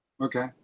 Okay